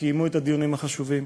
שקיימו את הדיונים החשובים,